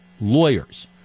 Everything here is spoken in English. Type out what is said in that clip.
lawyers